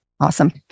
Awesome